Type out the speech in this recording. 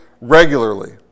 regularly